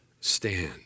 stand